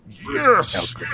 Yes